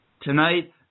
Tonight